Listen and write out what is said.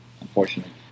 Unfortunately